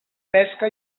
pesca